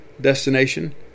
destination